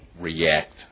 react